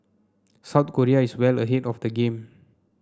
South Korea is well ahead of the game